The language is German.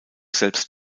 selbst